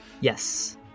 Yes